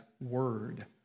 word